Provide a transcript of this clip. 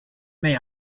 may